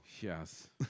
Yes